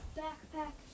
backpack